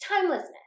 timelessness